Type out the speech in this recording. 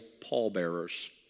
pallbearers